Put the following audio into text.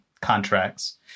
contracts